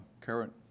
current